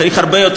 צריך הרבה יותר.